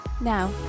Now